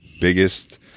biggest